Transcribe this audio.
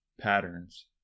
patterns